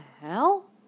hell